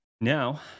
now